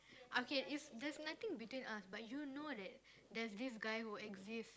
okay is there's nothing between us but you know that there's this guy who exists